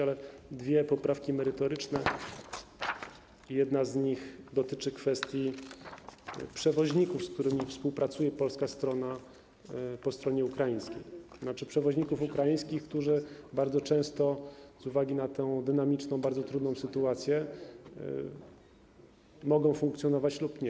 Ale dwie poprawki merytoryczne, jedna z nich dotyczy kwestii przewoźników, z którymi współpracuje polska strona po stronie ukraińskiej, tzn. przewoźników ukraińskich, którzy bardzo często z uwagi na tę dynamiczną, bardzo trudną sytuację mogą funkcjonować lub nie.